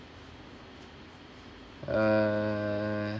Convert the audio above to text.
uh